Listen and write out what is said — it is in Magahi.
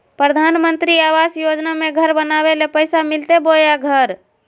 प्रधानमंत्री आवास योजना में घर बनावे ले पैसा मिलते बोया घर?